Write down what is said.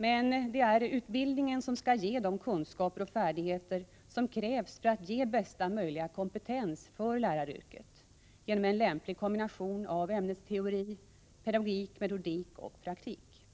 Men det är utbildningen som ska ge de kunskaper och färdigheter som krävs för att skapa bästa möjliga kompetens för läraryrkdet, genom en lämplig kombination av ämnesteori, pedagogik, metodik och praktik.